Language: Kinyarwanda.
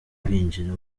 binjira